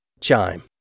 Chime